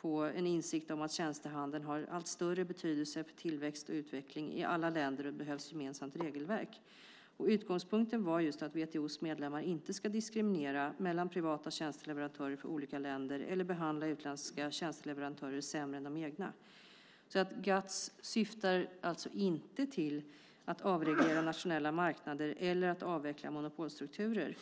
på en insikt om att tjänstehandeln har en allt större betydelse för tillväxt och utveckling i alla länder, och det behövs ett gemensamt regelverk. Utgångspunkten var just att WTO:s medlemmar inte ska diskriminera mellan privata tjänsteleverantörer från olika länder eller behandla utländska tjänsteleverantörer sämre än de egna. GATS syftar alltså inte till att avreglera nationella marknader eller till att avveckla monopolstrukturer.